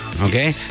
okay